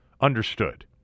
Understood